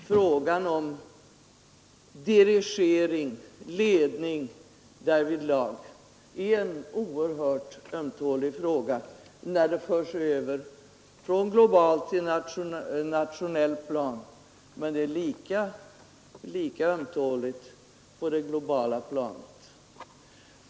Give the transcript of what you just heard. Frågan om dirigering och ledning därvidlag är oerhört ömtålig när den förs över från globalt till nationellt plan men är lika ömtålig på det globala planet.